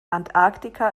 antarktika